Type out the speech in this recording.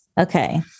Okay